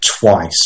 twice